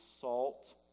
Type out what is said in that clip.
salt